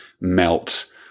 melt